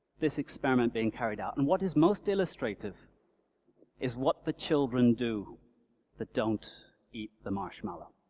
this experiment being carried out. and what is most illustrative is what the children do that don't eat the marshmallow.